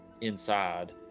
inside